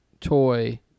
toy